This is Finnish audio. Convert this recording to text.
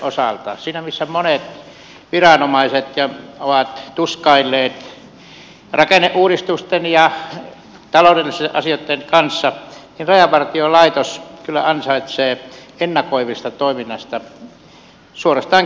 siinä missä monet viranomaiset ovat tuskailleet rakenneuudistusten ja taloudellisten asioitten kanssa niin rajavartiolaitos kyllä ansaitsee ennakoivasta toiminnasta suorastaan kehut